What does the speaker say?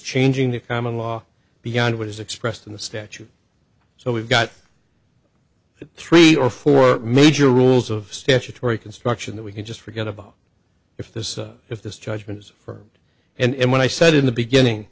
changing the common law beyond what is expressed in the statute so we've got three or four major rules of statutory construction that we can just forget about if this if this judgment is firm and when i said in the beginning